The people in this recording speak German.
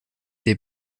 der